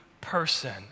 person